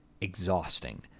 exhausting